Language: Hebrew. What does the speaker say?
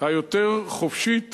היותר חופשית